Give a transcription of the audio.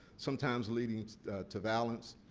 sometimes leading to violence.